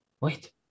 Wait